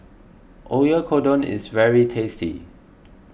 Oyakodon is very tasty